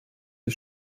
die